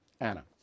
Anna